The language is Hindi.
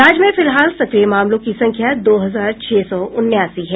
राज्य में फिलहाल सक्रिय मामलों की संख्या दो हजार छह सौ उनासी है